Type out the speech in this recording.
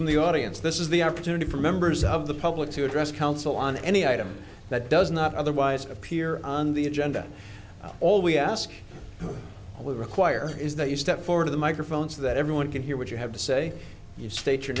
from the audience this is the opportunity for members of the public to address council on any item that does not otherwise appear on the agenda all we ask we require is that you step forward to the microphone so that everyone can hear what you have to say you state your